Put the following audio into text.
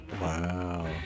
Wow